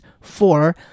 four